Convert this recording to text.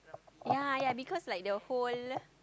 ya ya because of like the whole